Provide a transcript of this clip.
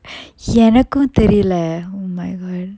எனக்கு தெரியல:enakku theriyala oh my god